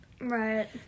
Right